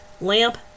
lamp